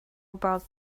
about